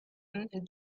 him